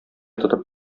тотып